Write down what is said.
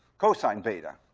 cosine beta.